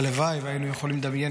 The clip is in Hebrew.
הלוואי שהיינו יכולים לדמיין,